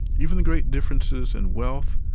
even the great differences in wealth,